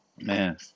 Man